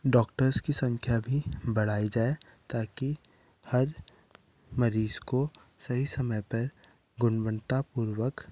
doctors की संख्या भी बढ़ाई जाए ताकि हर मरीज को सही समय पर गुणवत्तापूर्वक